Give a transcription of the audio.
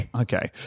Okay